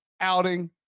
outing